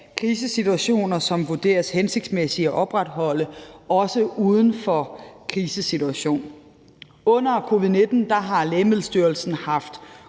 krisesituationer, og som det vurderes hensigtsmæssige at opretholde også uden for en krisesituation. Under covid-19 har Lægemiddelstyrelsen haft